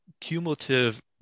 cumulative